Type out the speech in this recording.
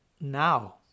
now